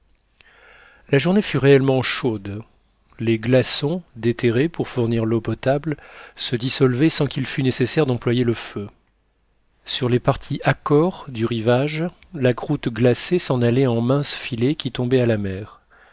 la journée fut réellement chaude les glaçons déterrés pour fournir l'eau potable se dissolvaient sans qu'il fût nécessaire d'employer le feu sur les parties accores du rivage la croûte glacée s'en allait en minces filets qui tombaient à la mer